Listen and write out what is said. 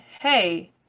hey